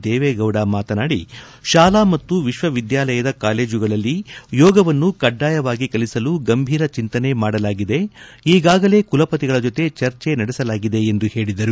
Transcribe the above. ದೇವೇಗೌಡ ಮಾತನಾಡಿ ಶಾಲಾ ಮತ್ತು ವಿಶ್ವ ವಿದ್ಯಾಲಯದ ಕಾಲೇಜುಗಳಲ್ಲಿ ಯೋಗವನ್ನು ಕಡ್ಡಾಯವಾಗಿ ಕಲಿಸಲು ಗಂಭೀರ ಚಿಂತನೆ ಮಾಡಲಾಗಿದೆ ಈಗಾಗಲೇ ಕುಲಪತಿಗಳ ಜೊತೆ ಚರ್ಜೆ ನಡೆಸಲಾಗಿದೆ ಎಂದು ಹೇಳಿದರು